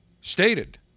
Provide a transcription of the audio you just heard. stated